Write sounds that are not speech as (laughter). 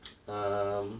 (noise) um